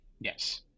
Yes